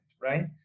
right